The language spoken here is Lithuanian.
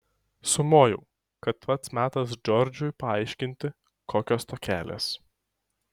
sumojau kad pats metas džordžui paaiškinti kokios tokelės